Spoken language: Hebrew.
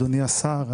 אדוני השר,